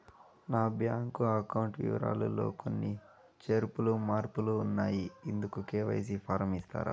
నా bank account వివరాలు లో కొన్ని చేర్పులు మార్పులు ఉన్నాయి, ఇందుకు కె.వై.సి ఫారం ఇస్తారా?